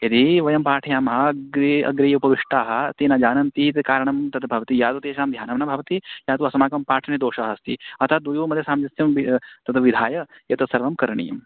यदि वयं पाठयामः अग्रे अग्रे ये उपविष्टाः ते न जानन्ति इति कारणं तद् भवति यावत् तेषां ध्यानं न भवति न तु अस्माकं पाठने दोषः अस्ति अतः द्वयोः मध्ये सामर्थ्यं बि तद् विधाय एतत्सर्वं करणीयं